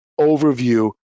overview